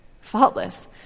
Faultless